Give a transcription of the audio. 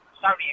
sorry